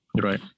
right